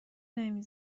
نمی